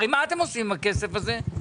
הרי מה אתם עושים עם הכסף הזה?